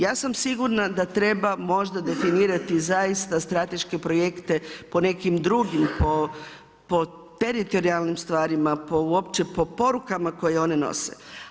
Ja sam sigurna da treba možda definirati zaista strateške projekte po nekim drugim, po teritorijalnim stvarima po uopće po porukama koje one nose.